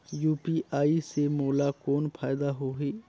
UPI से मोला कौन फायदा होही?